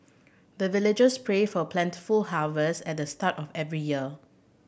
the villagers pray for plentiful harvest at the start of every year